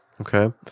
Okay